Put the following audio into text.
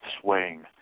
swaying